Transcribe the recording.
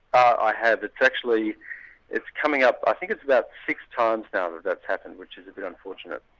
i have. it's actually it's coming up i think it's about six times now that that's happened, which is a bit unfortunate.